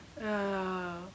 ya